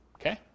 Okay